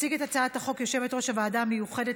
תציג את הצעת החוק יושבת-ראש הוועדה המיוחדת